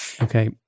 Okay